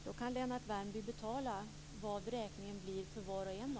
Då kan Lennart Värmby räkna ut vad räkningen blir för var och en av oss. Är det realistiskt?